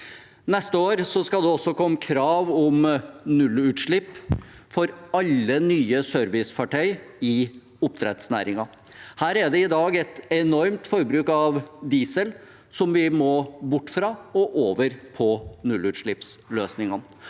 Neste år skal det også komme krav om nullutslipp for alle nye servicefartøy i oppdrettsnæringen. Her er det i dag et enormt forbruk av diesel, som vi må bort fra og over på nullutslippsløsningene.